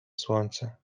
słońce